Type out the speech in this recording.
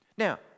Now